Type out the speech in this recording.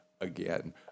again